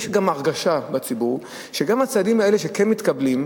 יש גם הרגשה בציבור שגם הצעדים האלה, שכן מתקבלים,